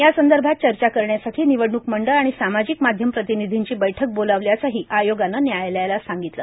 या संदर्भात चर्चा करण्यासाठी निवडणूक मंडळ आणि सामाजिक माध्यम प्रतिनिधींची बैठक बोलावल्याचंही आयोगानं न्यायालयात सांगितलं